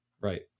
Right